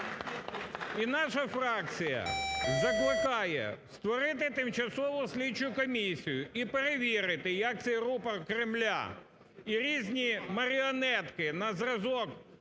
І наша фракція закликає створити тимчасову слідчу комісію і перевірити як цей рупор Кремля і різні маріонетки на зразок